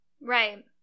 Right